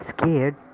scared